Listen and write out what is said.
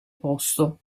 posto